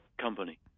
company